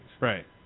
Right